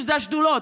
שאלו השדולות,